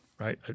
right